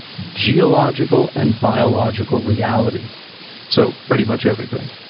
geological, and biological reality so pretty much everything.